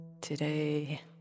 today